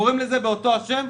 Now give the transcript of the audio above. קוראים לזה באותו שם,